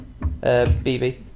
BB